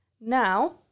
Now